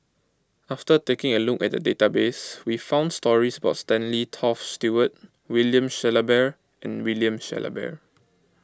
after taking a look at the database we found stories about Stanley Toft Stewart William Shellabear and William Shellabear